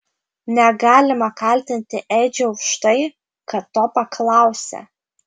negalima kaltinti edžio už tai kad to paklausė